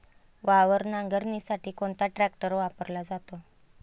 वावर नांगरणीसाठी कोणता ट्रॅक्टर वापरला जातो?